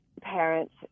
parents